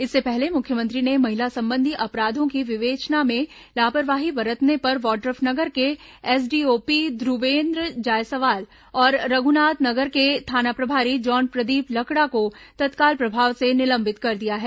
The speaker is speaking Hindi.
इससे पहले मुख्यमंत्री ने महिला संबंधी अपराधों की विवेचना में लापरवाही बरतने पर वाड्रफनगर के एसडीओपी ध्रुवेश जायसवाल और रघुनाथ नगर के थाना प्रभारी जॉन प्रदीप लकड़ा को तत्काल प्रभाव से निलंबित कर दिया है